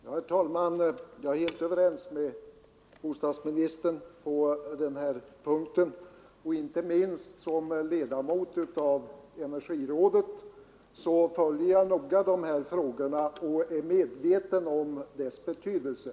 Herr talman! Jag är helt överens med bostadsministern på denna sista punkt. Som ledamot av energirådet följer jag också noga dessa frågor och är medveten om deras betydelse.